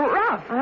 rough